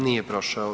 Nije prošao.